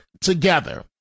together